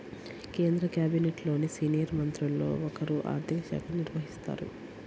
కేంద్ర క్యాబినెట్లోని సీనియర్ మంత్రుల్లో ఒకరు ఆర్ధిక శాఖను నిర్వహిస్తారు